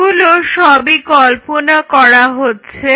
এগুলো সবই কল্পনা করা হচ্ছে